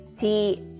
See